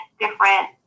different